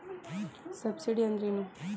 Subsidy ಅಂದ್ರೆ ಏನು?